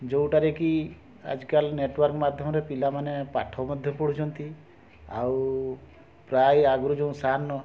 ଯେଉଁଟାରେ କି ଆଜିକାଲି ନେଟୱାର୍କ୍ ମାଧ୍ୟମରେ ପିଲାମାନେ ପାଠ ମଧ୍ୟ ପଢ଼ୁଛନ୍ତି ଆଉ ପ୍ରାୟ ଆଗରୁ ଯେଉଁ ସାର୍ ନ